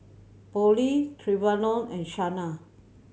Polly Trevon and Shanna